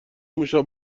موشا